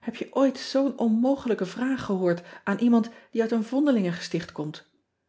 eb je ooit zoo n onmogelijke vraag gehoord aan iemand die uit een vondelingengesticht komt